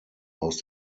aus